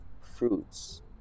fruits